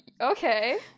okay